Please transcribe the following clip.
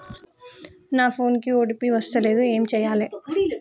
నా ఫోన్ కి ఓ.టీ.పి వస్తలేదు ఏం చేయాలే?